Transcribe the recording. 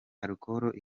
alcool